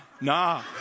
nah